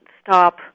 stop